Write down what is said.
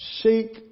seek